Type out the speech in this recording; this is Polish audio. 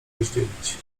rozdzielić